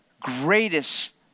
greatest